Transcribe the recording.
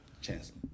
Chancellor